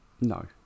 No